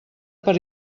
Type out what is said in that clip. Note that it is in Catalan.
per